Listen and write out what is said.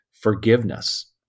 Forgiveness